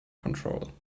control